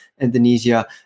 Indonesia